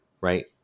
right